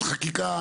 תתאפק.